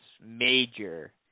major